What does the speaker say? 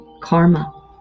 karma